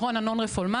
עיקרון non-refoulement,